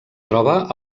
troba